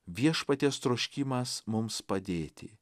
viešpaties troškimas mums padėti